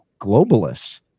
globalists